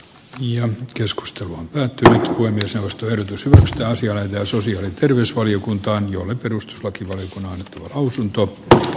ja keskustelun myötä kuin tasaustyö vetus museon sijaan susia ja terveysvaliokuntaan jolle se on vaikeata